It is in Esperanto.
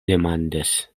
demandas